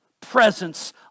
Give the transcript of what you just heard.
Presence